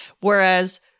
Whereas